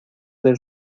del